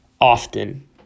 often